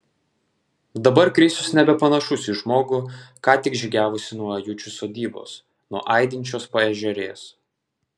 dabar krisius nebepanašus į žmogų ką tik žygiavusį nuo ajučių sodybos nuo aidinčios paežerės